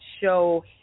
show